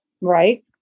Right